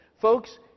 folks